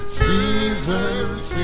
seasons